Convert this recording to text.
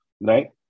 right